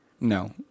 No